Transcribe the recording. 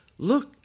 Look